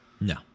No